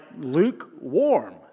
lukewarm